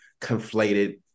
conflated